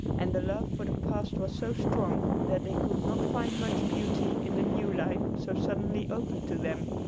and the love for the past was so strong that they could not find much beauty in the new life so suddenly opened to them.